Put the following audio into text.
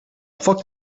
foc